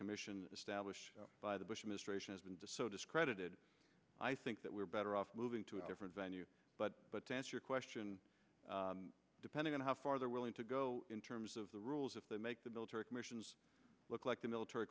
commission established by the bush administration has been disowned discredited i think that we're better off moving to a different venue but but to answer your question depending on how far they're willing to go in terms of the rules if they make the military commissions look like the military